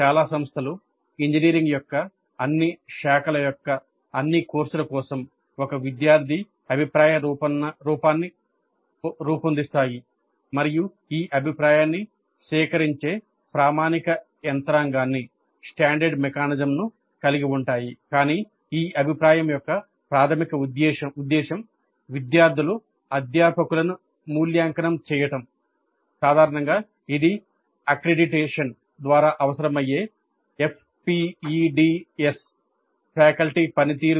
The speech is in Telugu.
చాలా సంస్థలు ఇంజనీరింగ్ యొక్క అన్ని శాఖల యొక్క అన్ని కోర్సుల కోసం ఒక విద్యార్థి అభిప్రాయ రూపాన్ని రూపొందిస్తాయి మరియు ఈ అభిప్రాయాన్ని సేకరించే ప్రామాణిక యంత్రాంగాన్ని లో భాగంగా నిర్వహిస్తారు